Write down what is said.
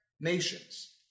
nations